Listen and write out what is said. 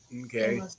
Okay